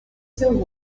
seu